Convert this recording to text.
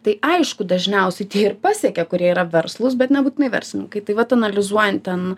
tai aišku dažniausiai tie ir pasiekia kurie yra verslūs bet nebūtinai verslininkai tai vat analizuojant ten